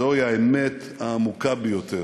זוהי האמת העמוקה ביותר.